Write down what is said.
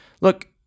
look